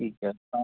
ਠੀਕ ਹੈ